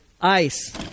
Ice